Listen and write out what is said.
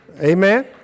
Amen